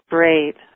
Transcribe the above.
Great